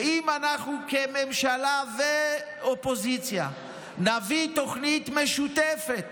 ואם אנחנו כממשלה וכאופוזיציה נביא תוכנית משותפת